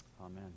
Amen